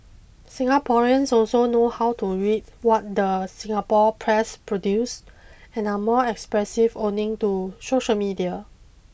Singaporeans also know how to read what the Singapore press produce and are more expressive owing to social media